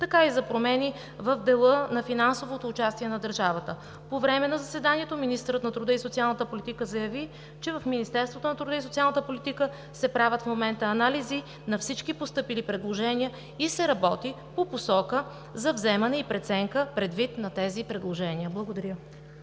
така и за промени в дела на финансовото участие на държавата. По време на заседанието министърът на труда и социалната политика заяви, че в Министерството на труда и социалната политика в момента се правят анализи на всички постъпили предложения и се работи по посока за вземане на решение и преценка предвид тези предложения. Благодаря.